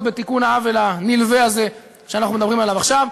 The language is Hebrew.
בתיקון העוול הנלווה הזה שאנחנו מדברים עליו עכשיו.